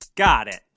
got it.